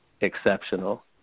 exceptional